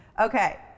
Okay